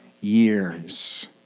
years